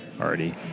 already